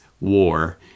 war